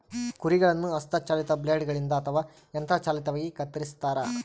ಕುರಿಗಳನ್ನು ಹಸ್ತ ಚಾಲಿತ ಬ್ಲೇಡ್ ಗಳಿಂದ ಅಥವಾ ಯಂತ್ರ ಚಾಲಿತವಾಗಿ ಕತ್ತರಿಸ್ತಾರ